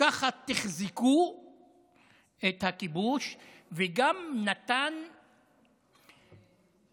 ככה תִּחְזְקוּ את הכיבוש, וגם נתן חסות